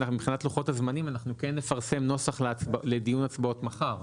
מבחינת לוחות הזמנים אנחנו כן נפרסם נוסח לדיון הצבעות מחר.